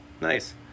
Nice